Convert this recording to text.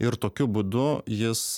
ir tokiu būdu jis